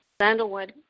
sandalwood